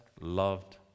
loved